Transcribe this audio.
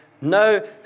No